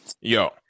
Yo